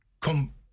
come